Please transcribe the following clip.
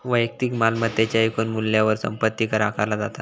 वैयक्तिक मालमत्तेच्या एकूण मूल्यावर संपत्ती कर आकारला जाता